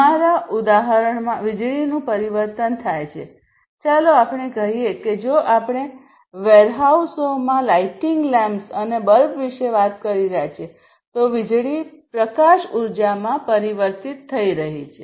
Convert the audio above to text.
અમારા ઉદાહરણમાં વીજળીનું પરિવર્તન થાય છે ચાલો આપણે કહીએ કે જો આપણે વેરહાઉસોમાં લાઇટિંગ લેમ્પ્સ અને બલ્બ વિશે વાત કરી રહ્યા છીએ તો વીજળી પ્રકાશ ઉર્જામાં પરિવર્તિત થઈ રહી છે